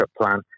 plan